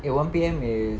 eh one P_M is